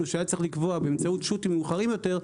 שהיה צריך לקבוע באמצעות שוטים מאוחרים יותר,